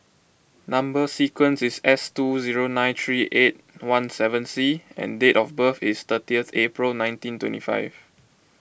Number Sequence is S two zero nine three eight one seven C and date of birth is thirty April nineteen twenty five